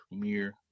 premiere